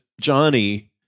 Johnny